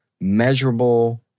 measurable